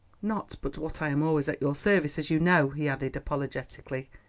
not but what i am always at your service, as you know, he added apologetically.